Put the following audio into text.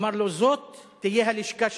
אמר לו: זאת תהיה הלשכה שלך,